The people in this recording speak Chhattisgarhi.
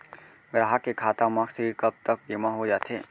ग्राहक के खाता म ऋण कब तक जेमा हो जाथे?